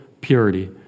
purity